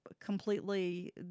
completely